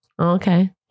Okay